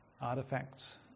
artifacts